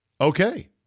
okay